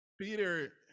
Peter